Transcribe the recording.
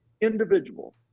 individual